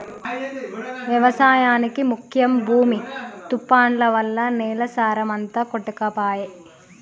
వ్యవసాయానికి ముఖ్యం భూమి తుఫాన్లు వల్ల నేల సారం అంత కొట్టుకపాయె